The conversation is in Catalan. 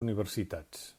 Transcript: universitats